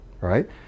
right